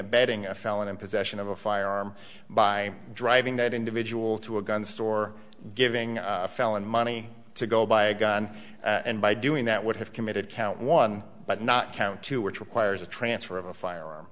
abetting a felon in possession of a firearm by driving that individual to a gun store giving a felon money to go buy a gun and by doing that would have committed count one but not count two which requires a transfer of a firearm